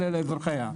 אלא לאזרחיה.